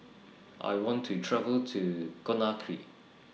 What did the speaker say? I want to travel to Conakry